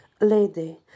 Lady